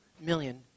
million